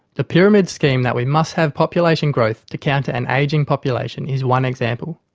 the pyramid scheme that we must have population growth to counter an ageing population is one example.